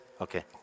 okay